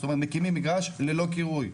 זאת אומרת מקימים מגרש ללא כירוי.